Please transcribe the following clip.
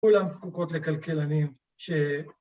‫כולם זקוקות לכלכלנים ש...